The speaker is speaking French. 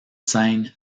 scène